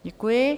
Děkuji.